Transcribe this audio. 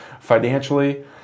financially